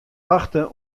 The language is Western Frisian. wachte